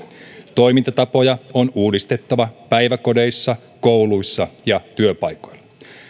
toimintatapoja on uudistettava päiväkodeissa kouluissa ja työpaikoilla